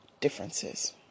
differences